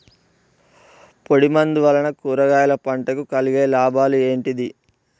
పొడిమందు వలన కూరగాయల పంటకు కలిగే లాభాలు ఏంటిది?